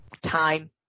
time